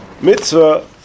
mitzvah